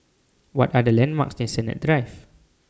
What Are The landmarks near Sennett Drive